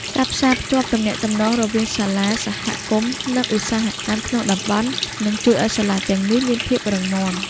ការផ្សារភ្ជាប់ទំនាក់ទំនងរវាងសាលា សហគមន៍ និងឧស្សាហកម្មក្នុងតំបន់នឹងជួយឱ្យសាលាទាំងនេះមានភាពរឹងមាំ។